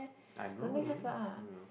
I don't know eh I don't know